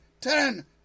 ten